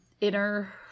inner